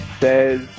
says